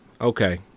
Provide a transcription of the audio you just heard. Okay